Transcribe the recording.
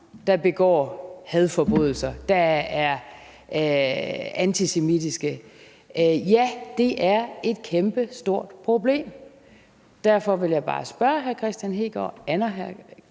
der begår hadforbrydelser, der er antisemitiske. Og ja, det er et kæmpestort problem. Derfor vil jeg bare spørge hr. Kristian Hegaard: